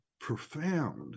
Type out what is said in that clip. profound